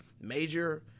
major